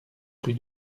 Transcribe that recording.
rue